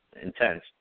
intense